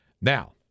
Now